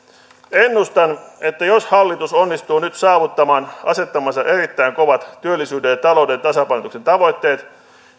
ennustan että jos hallitus onnistuu nyt saavuttamaan asettamansa erittäin kovat työllisyyden ja talouden tasapainotuksen tavoitteet